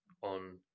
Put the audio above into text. on